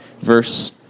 verse